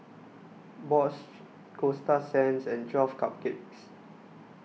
Bosch Coasta Sands and twelve Cupcakes